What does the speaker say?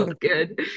good